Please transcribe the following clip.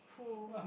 who